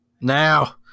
Now